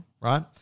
right